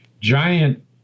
giant